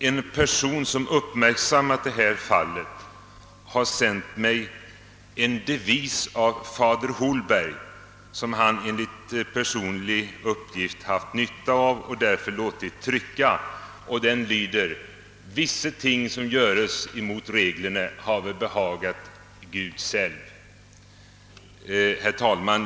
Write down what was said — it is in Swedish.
En person som uppmärksammat detta fall har sänt mig en devis av Ludvig Holberg som han enligt personlig uppgift haft nytta av och därför låtit trycka: »Visse ting, som giöres imod reglerne, have behaget Gud selv.» Herr talman!